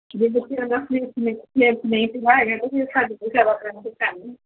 ਜੇ ਬੱਚਿਆਂ ਦਾ ਸਿਲੇਬਸ ਸਿਲੇਬਸ ਨਹੀਂ ਪੂਰਾ ਹੈਗਾ ਹੈ ਤਾਂ ਫਿਰ ਸਾਡੇ 'ਤੇ ਜ਼ਿਆਦਾ ਪ੍ਰੈਸ਼ਰ ਪੈਣਾ